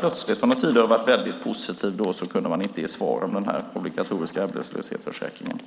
plötsligt att svara. Från att tidigare ha varit väldigt positiv kunde han inte ge svar om den obligatoriska arbetslöshetsförsäkringen.